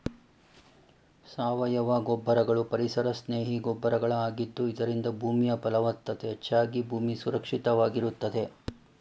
ಸಾವಯವ ಗೊಬ್ಬರಗಳು ಪರಿಸರ ಸ್ನೇಹಿ ಗೊಬ್ಬರಗಳ ಆಗಿದ್ದು ಇದರಿಂದ ಭೂಮಿಯ ಫಲವತ್ತತೆ ಹೆಚ್ಚಾಗಿ ಭೂಮಿ ಸುರಕ್ಷಿತವಾಗಿರುತ್ತದೆ